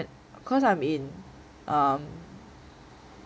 cause I'm in